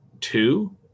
two